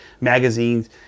magazines